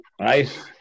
right